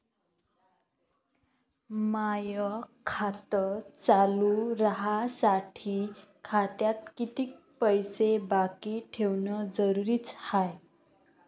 माय खातं चालू राहासाठी खात्यात कितीक पैसे बाकी ठेवणं जरुरीच हाय?